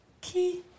key